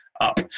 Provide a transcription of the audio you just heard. up